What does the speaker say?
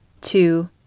Two